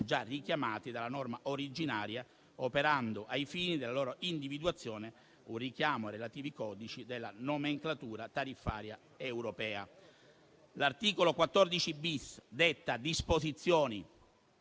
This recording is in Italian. già richiamati dalla norma originaria, operando, ai fini della loro individuazione, un richiamo ai relativi codici della nomenclatura tariffaria europea. L'articolo 14-*bis* detta disposizioni